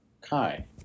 Kai